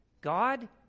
God